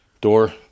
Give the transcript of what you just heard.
Door